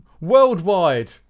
worldwide